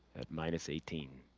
at minus eighteen.